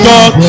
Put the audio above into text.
God